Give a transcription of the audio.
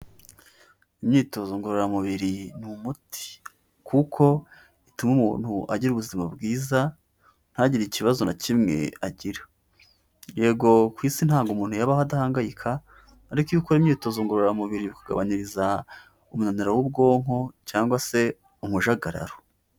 Imyitozo ngororamubiri ni umuti; kuko ituma umuntu agira ubuzima bwiza ntagire ikibazo na kimwe agira. Yego ku isi ntabwo umuntu yabaho adahangayika, ariko iyo ukora imyitozo ngororamubiri bikugabanyiriza umunaniro w'ubwonko cyangwa se umujagararo.